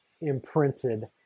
imprinted